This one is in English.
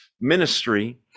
ministry